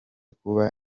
kuba